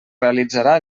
realitzarà